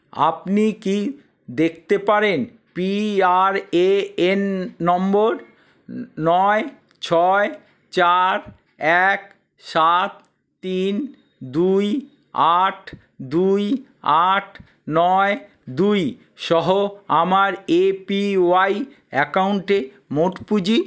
আপনি কি দেখতে পারেন P R A N number নয় ছয় চার এক সাত তিন দুই আট দুই আট নয় দুই সহ আমার এ পি ওয়াই অ্যাকাউন্টে মোট পুঁজি